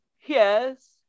Yes